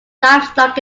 livestock